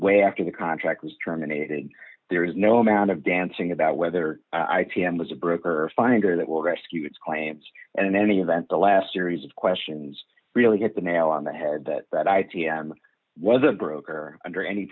way after the contract was terminated there is no amount of dancing about whether i t m was a broker finder that will rescue its claims and in any event the last series of questions really hit the nail on the head that that i was a broker under any